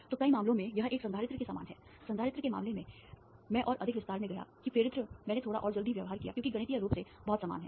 तो कई मामलों में यह एक संधारित्र के समान है संधारित्र के मामले में मैं और अधिक विस्तार में गया कि प्रेरित्र मैंने थोड़ा और जल्दी व्यवहार किया क्योंकि गणितीय रूप से बहुत समान हैं